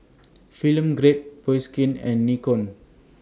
Film Grade Bioskin and Nikon